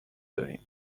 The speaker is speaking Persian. داریم